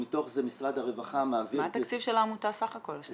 שמתוך זה משרד הרווחה מעביר --- מה התקציב של העמותה סך הכול?